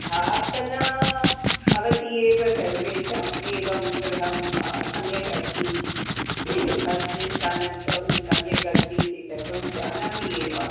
भावना भवति एव सर्वेषाम् एवं गृहं सम्यक् अस्ति बस् निस्थानं सम्यक् अस्ति इति सर्वं जानामि एव